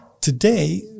today